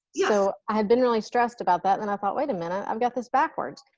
you know i had been really stressed about that and i thought wait a minute. i've got this backwards.